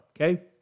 okay